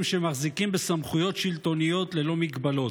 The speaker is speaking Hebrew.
שמחזיקים בסמכויות שלטוניות ללא מגבלות.